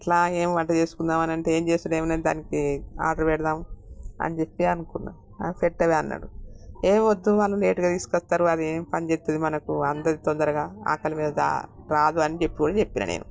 అలా ఏం వంట చేసుకుందాం అని అంటే ఏం చేస్తానులే ఏంటని దానికి ఆర్డర్ పెడదాం అని చెెప్పి అనుకున్నా అది సెట్టవదు అన్నాడు ఏం వద్దు వాళ్ళు లేటుగా తీసుకొస్తారు అది ఏం పని చేస్తుంది మనకు అందదు తొందరగా ఆకలి మీదా రాదు అని చెప్పి కూడా చెప్పిన నేను